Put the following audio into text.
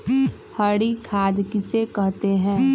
हरी खाद किसे कहते हैं?